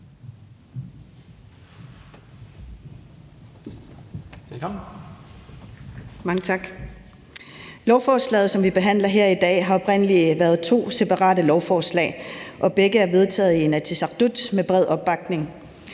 Lovforslaget, som vi behandler her i dag, har oprindelig været to separate lovforslag, og begge er vedtaget i Inatsisartut med bred opbakning.